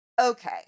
Okay